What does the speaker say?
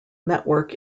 network